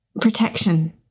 Protection